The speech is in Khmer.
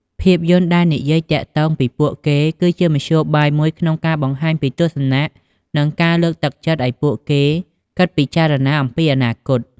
ភាពយន្តដែលនិយាយទាក់ទងពីពួកគេ គឺជាមធ្យោបាយមួយក្នុងការបង្ហាញពីទស្សនៈ និងលើកទឹកចិត្តឱ្យពួកគេគិតពិចារណាអំពីអនាគត។